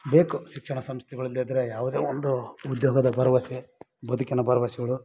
ಬೇಕು ಶಿಕ್ಷಣ ಸಂಸ್ಥೆಗಳಿಲ್ಲದೆ ಇದ್ದರೆ ಯಾವುದೇ ಒಂದು ಉದ್ಯೋಗದ ಭರವಸೆ ಬದುಕಿನ ಭರವಸೆಗಳು